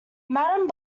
madame